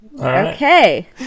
Okay